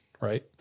right